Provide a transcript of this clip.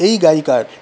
এই গায়িকার